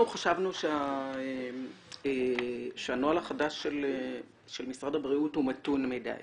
אנחנו חשבנו שהנוהל החדש של משרד הבריאות הוא מתון מדי